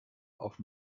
auf